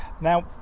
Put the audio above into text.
Now